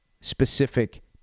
specific